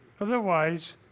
Otherwise